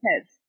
kids